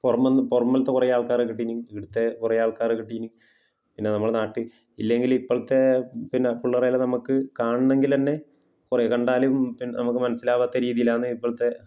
പുറമെ നിന്ന് പുറമെലത്തെ കുറെ ആൾക്കാരെ കിട്ടീന് ഇവിടത്തെ കുറെ ആൾക്കാരെ കിട്ടീന് പിന്നെ നമ്മളെ നാട്ടിൽ ഇല്ലെങ്കിൽ ഇപ്പഴത്തെ പിന്നെ പിള്ളെരെയെല്ലാം നമ്മൾക്ക് കാണണമെങ്കിൽ തന്നെ കുറെ കണ്ടാലും നമുക്ക് മനസ്സിലാവാത്ത രീതിയിലാണ് ഇപ്പഴത്തെ